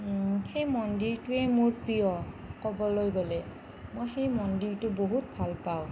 সেই মন্দিৰটোৱেই মোৰ প্ৰিয় ক'বলৈ গ'লে মই সেই মন্দিৰটো বহুত ভালপাওঁ